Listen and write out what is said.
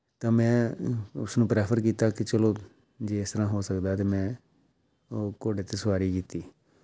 ਤਾਂ ਮੈਂ ਉਸਨੂੰ ਪ੍ਰੈਫਰ ਕੀਤਾ ਕਿ ਚਲੋ ਜੇ ਇਸ ਤਰ੍ਹਾਂ ਹੋ ਸਕਦਾ ਅਤੇ ਮੈਂ ਉਹ ਘੋੜੇ 'ਤੇ ਸਵਾਰੀ ਕੀਤੀ